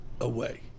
away